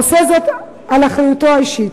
עושה זאת על אחריותו האישית.